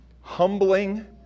Humbling